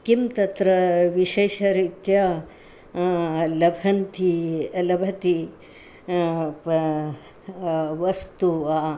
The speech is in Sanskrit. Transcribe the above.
किं तत्र विशेषरीत्या लभन्ती लभन्ती वस्तु वा